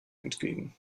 entgegen